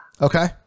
okay